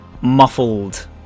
Muffled